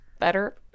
better